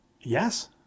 Yes